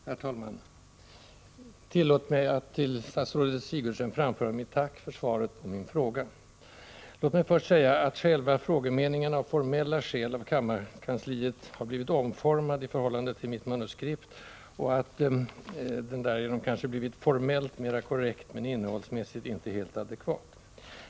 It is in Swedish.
Herr talman! Tillåt mig att till statsrådet Sigurdsen framföra mitt tack för svaret på min fråga. Jag vill först säga att själva frågemeningen av formella skäl har blivit omformad av kammarkansliet i förhållande till mitt manuskript och att den därigenom kanske formellt blivit mera korrekt, men innehållsmässigt inte helt adekvat.